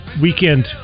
weekend